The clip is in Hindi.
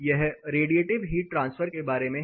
यह रेडियेटिव हीट ट्रांसफर के बारे में है